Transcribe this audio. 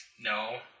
No